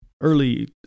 early